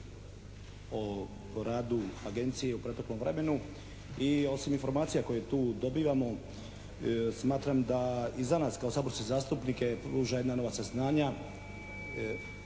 o radu agencije u proteklom vremenu i osim informacija koje tu dobivamo smatram da i za nas kao saborske zastupnike pruža jedna nova saznanja